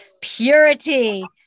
Purity